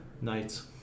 nights